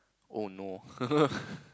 oh no